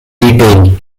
detail